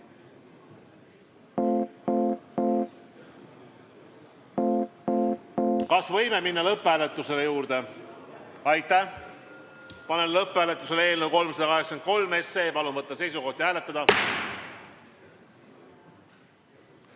võime minna lõpphääletuse juurde? Aitäh! Panen lõpphääletusele eelnõu 383. Palun võtta seisukoht ja hääletada!